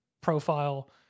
profile